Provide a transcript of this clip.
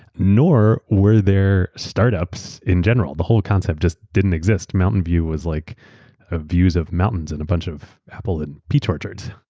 nor were there startups in general. the whole concept just didn't exist. mountain view was like ah views of mountains and a bunch of apple and peach orchards.